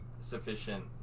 sufficient